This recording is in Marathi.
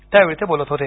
त्यावेळी ते बोलत होते